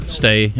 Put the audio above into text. stay